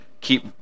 keep